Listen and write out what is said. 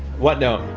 what? no.